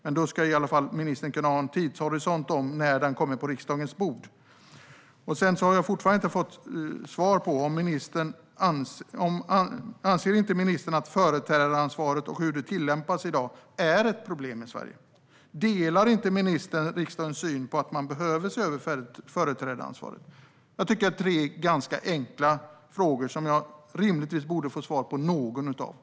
Ministern borde i alla fall kunna ange en tidshorisont för när vi kan få ett svar på riksdagens bord. Jag har fortfarande inte fått svar på om ministern inte anser att företrädaransvaret och hur det tillämpas i Sverige i dag är ett problem. Delar inte ministern riksdagens syn att företrädaransvaret behöver ses över? Jag tycker att jag har tre ganska enkla frågor och att jag rimligtvis borde få svar på någon av dem.